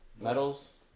medals